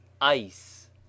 ice